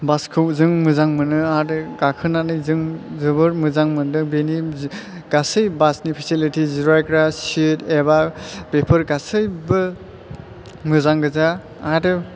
बासखौ जों मोजां मोनो आरो गाखोनानै जों जोबोर मोजां मोनदों बेनि गासै बासनि फेसिलिटी जिरायग्रा सित एबा बेफोर गासैबो मोजां गोजा आरो